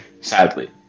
Sadly